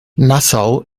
nassau